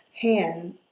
hand